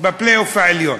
בפלייאוף העליון.